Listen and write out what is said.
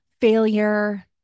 failure